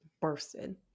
bursted